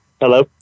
Hello